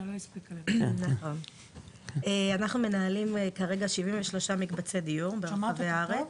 אנחנו מנהלים כרגע 73 מקבצי דיור ברחבי הארץ,